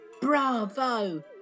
Bravo